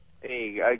Hey